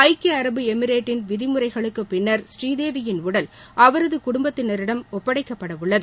ஐக்கிய அரபு எமிரேட்டின் விதிமுறைகளுக்கு பின்னா் பூரீதேவியின் உடல் அவரது குடும்பத்தினரிடம் ஒப்படைக்கப்படவுள்ளது